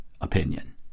opinion